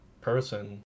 person